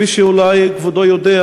כפי שאולי כבודו יודע,